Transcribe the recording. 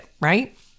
right